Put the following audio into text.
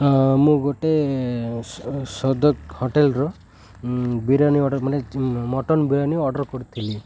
ମୁଁ ଗୋଟେ ସଦକ ହୋଟେଲର ବିରିୟାନୀ ଗୋଟେ ମାନେ ମଟନ ବିରିୟାନୀ ଅର୍ଡ଼ର କରିଥିଲି